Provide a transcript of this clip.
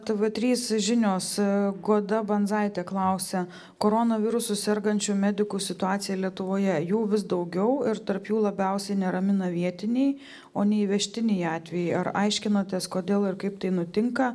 tv trys žinios goda bandzaitė klausia koronavirusu sergančių medikų situacija lietuvoje jų vis daugiau ir tarp jų labiausiai neramina vietiniai o ne įvežtiniai atvejai ar aiškinotės kodėl ir kaip tai nutinka